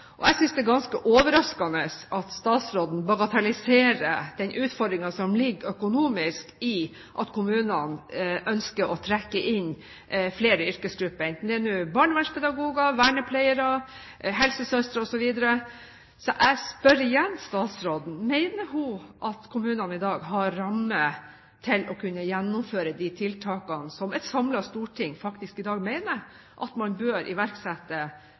Jeg synes det er ganske overraskende at statsråden bagatelliserer den utfordringen som økonomisk ligger i at kommunene ønsker å trekke inn flere yrkesgrupper, enten det er barnevernspedagoger, vernepleiere, helsesøstre osv. Så jeg spør igjen statsråden: Mener hun at kommunene i dag har rammer til å kunne gjennomføre de tiltakene som et samlet storting i dag faktisk mener at man bør iverksette,